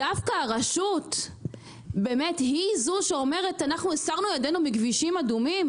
דווקא הרשות היא זו שאומרת: אנחנו הסרנו ידינו מכבישים אדומים?